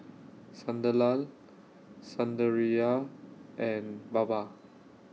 Sunderlal Sundaraiah and Baba